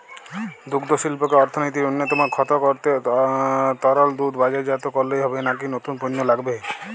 দুগ্ধশিল্পকে অর্থনীতির অন্যতম খাত করতে তরল দুধ বাজারজাত করলেই হবে নাকি নতুন পণ্য লাগবে?